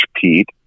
Pete